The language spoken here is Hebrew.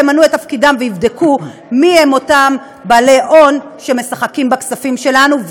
שהם ימלאו את תפקידם ויבדקו מי הם אותם בעלי הון שמשחקים בכספים שלנו.